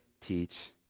teach